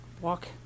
walk